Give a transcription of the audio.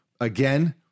again